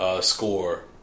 score